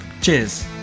cheers